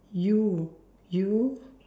U U